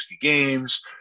games